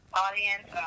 audience